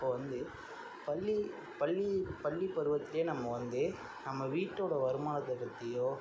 இப்போ வந்து பள்ளி பள்ளி பள்ளி பருவத்தில் நம்ம வந்து நம்ம வீட்டோட வருமானத்தை பற்றியோ